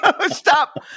Stop